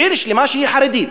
עיר שלמה שהיא חרדית,